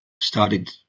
started